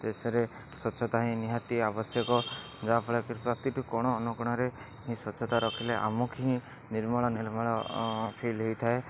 ଦେଶରେ ସ୍ଵଚ୍ଛତା ହିଁ ନିହାତି ଆବଶ୍ୟକ ଯାହାଫଳରେ କି ପ୍ରତିଟି କୋଣ ଅନୁକୋଣରେ ସ୍ଵଚ୍ଛତା ରଖିଲେ ଆମକୁ ହିଁ ନିର୍ମଳ ନିର୍ମଳ ଫିଲ୍ ହୋଇଥାଏ